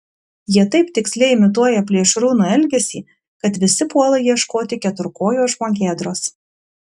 jie taip tiksliai imituoja plėšrūno elgesį kad visi puola ieškoti keturkojo žmogėdros